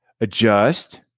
adjust